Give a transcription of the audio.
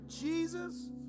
Jesus